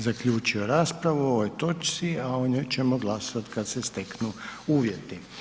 Time bi zaključio raspravu o ovoj točci, a o njoj ćemo glasovat kad se steknu uvjeti.